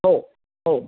हो हो